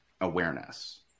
awareness